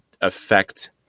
affect